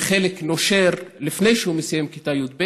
וחלק נושרים לפני שהם מסיימים כיתה י"ב,